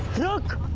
look,